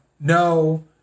no